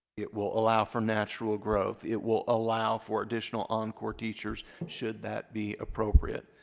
it will allow for natural growth. it will allow for additional encore teachers should that be appropriate.